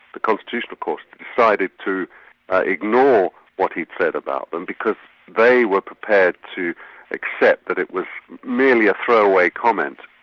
the constitutional court, had decided to ignore what he'd said about them, because they were prepared to accept that it was merely a throwaway comment,